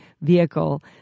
vehicle